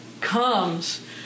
comes